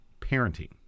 parenting